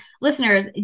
listeners